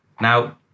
Now